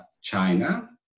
China